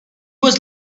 was